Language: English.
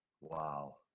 Wow